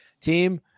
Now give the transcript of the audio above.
team